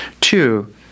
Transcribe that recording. two